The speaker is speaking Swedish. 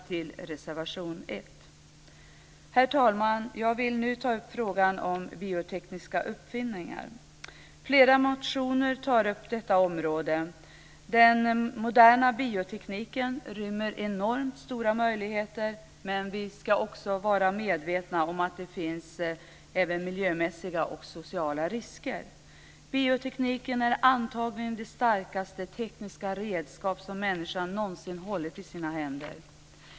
Herr talman! Jag vill nu ta upp frågan om biotekniska uppfinningar. Detta område tas upp i flera motioner. Den moderna biotekniken rymmer enormt stora möjligheter, men vi ska också vara medvetna om att den inrymmer miljömässiga och sociala risker. Biotekniken är antagligen det starkaste tekniska redskap som människan någonsin hållit i sina händer.